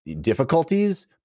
Difficulties